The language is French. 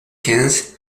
quinze